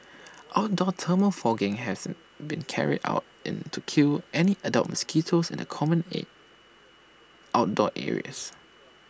outdoor thermal fogging has been carried out into kill any adult mosquitoes in the common and outdoor areas